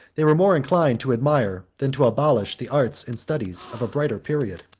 they were more inclined to admire, than to abolish, the arts and studies of a brighter period.